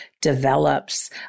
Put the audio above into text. develops